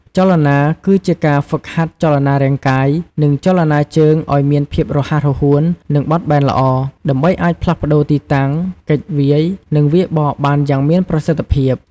ចលនាគឺជាការ ហ្វឹកហាត់ចលនារាងកាយ និងចលនាជើងឲ្យមានភាពរហ័សរហួន និងបត់បែនល្អ ដើម្បីអាចផ្លាស់ប្តូរទីតាំង គេចវាយ និងវាយបកបានយ៉ាងមានប្រសិទ្ធភាព។